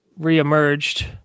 reemerged